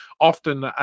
often